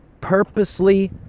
purposely